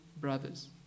brothers